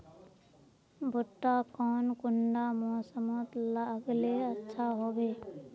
भुट्टा कौन कुंडा मोसमोत लगले अच्छा होबे?